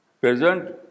Present